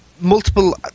multiple